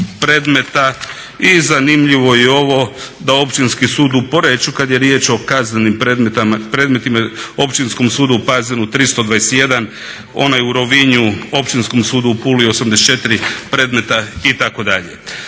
I zanimljivo je i ovo da Općinski sud u Poreču kad je riječ o kaznenim predmetima Općinskom sudu u Pazinu 321, onaj u Rovinju Općinskom sudu u Puli 84 predmeta itd.